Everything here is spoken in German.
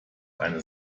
eine